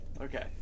Okay